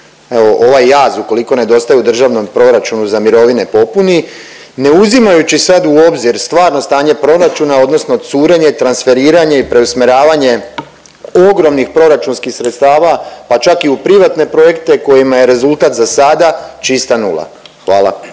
ovaj jaz ukoliko nedostaje u državnom proračunu za mirovine popuni, ne uzimajući sad u obzir stvarno stanje proračuna odnosno curenje, transferiranje i preusmjeravanje ogromnih proračunskih sredstava pa čak i u privatne projekte kojima je rezultat za sada čista nula? Hvala.